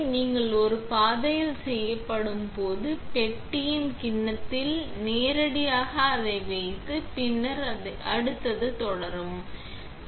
நீங்கள் ஒரு பாதையில் செய்யப்படும் போது பெட்டியில் கிண்ணத்தில் நேரடியாக அதை வைத்து பின்னர் அடுத்த தொடரவும்